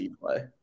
play